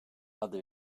adı